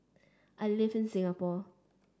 I live in Singapore